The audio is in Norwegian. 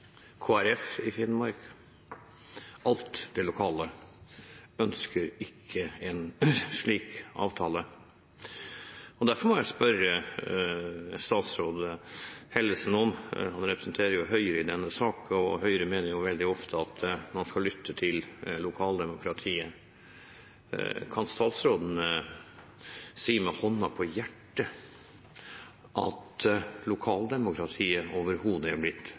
i Finnmark og alle lokale ønsker ikke en slik avtale. Derfor må jeg spørre statsråd Helgesen, som representerer Høyre i denne saken, og Høyre mener jo veldig ofte at en skal lytte til lokaldemokratiet: Kan statsråden si, med hånden på hjertet, at lokaldemokratiet overhodet er blitt